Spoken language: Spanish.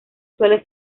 suele